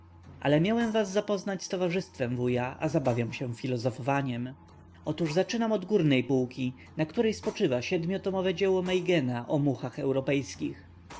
ale miałem was zapoznać z towarzystwem wuja a zabawiam się filozofowaniem otóż zaczynam od górnej półki na której spoczywa siedmiotomowe dzieło meigena o muchach europejskich